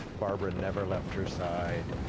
barbara never left her side.